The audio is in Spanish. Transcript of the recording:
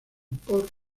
por